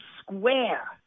square